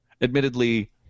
Admittedly